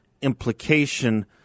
implication